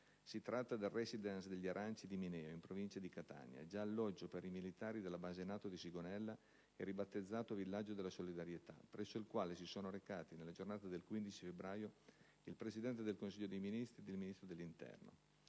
Si tratta del «*Residence* degli aranci» di Mineo, in Provincia di Catania (già alloggio per i militari della base NATO di Sigonella e ribattezzato «Villaggio della solidarietà»), presso il quale si sono recati nella giornata del 15 febbraio il Presidente del Consiglio dei ministri e il Ministro dell'interno.